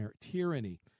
tyranny